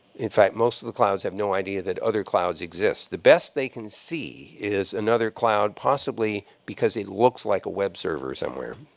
in fact, most of the clouds have no idea that other clouds exist. the best they can see is another cloud possibly because it looks like a web server somewhere.